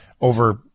over